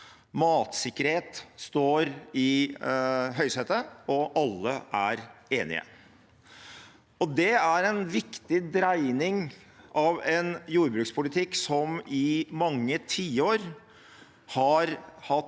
Matsikkerhet står i høysetet, og alle er enige. Det er en viktig dreining av en jordbrukspolitikk som i mange tiår til dels